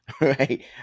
right